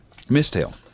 Mistail